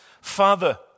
Father